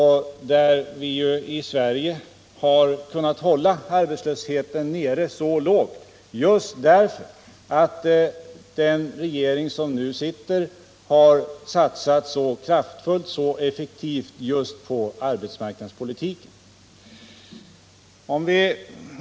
Här i landet har vi kunnat hålla arbetslösheten nere på låg nivå därför att den regering som nu sitter har satsat så kraftfullt och effektivt just på arbetsmarknadspolitiken.